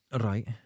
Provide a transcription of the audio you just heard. Right